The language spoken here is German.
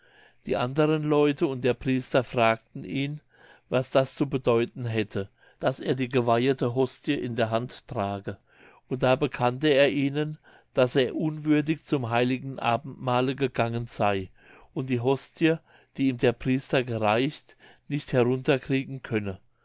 die andern leute und der priester fragten ihn was das zu bedeuten hätte daß er die geweihete hostie in der hand trage und da bekannte er ihnen daß er unwürdig zum heiligen abendmahle gegangen sey und die hostie die ihm der priester gereicht nicht herunter kriegen könne